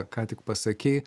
ką tik pasakei